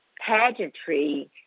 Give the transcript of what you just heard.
pageantry